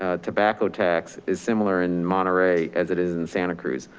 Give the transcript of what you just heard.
ah tobacco tax is similar in monterey as it is in santa cruz.